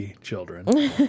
children